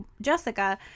Jessica